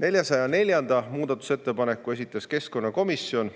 404. muudatusettepaneku esitas keskkonnakomisjon.